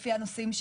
לפי הנושאים,